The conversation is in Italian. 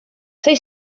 sei